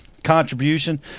contribution